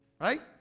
Right